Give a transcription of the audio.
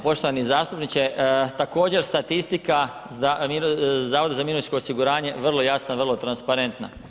Poštovani zastupniče, također statistika Zavoda za mirovinsko osiguranje, vrlo jasna, vrlo transparentna.